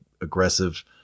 aggressive